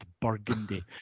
burgundy